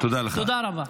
תודה רבה.